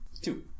Two